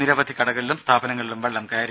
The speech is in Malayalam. നിരവധി കടകളിലും സ്ഥാപനങ്ങലിലും വെള്ളം കയറി